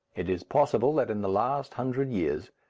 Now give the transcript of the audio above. it is possible that in the last hundred years,